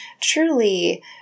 truly